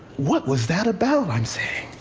what was that about, i'm saying.